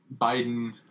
Biden